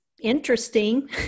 interesting